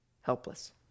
helpless